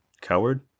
Coward